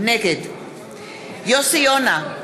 נגד יוסי יונה,